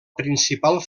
principal